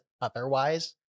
otherwise